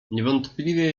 niewątpliwie